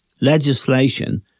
legislation